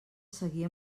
seguir